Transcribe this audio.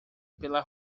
pela